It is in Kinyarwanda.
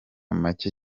macye